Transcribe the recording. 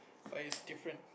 but it's different